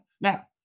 now